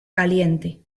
caliente